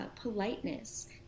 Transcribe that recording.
politeness